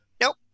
Nope